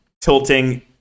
tilting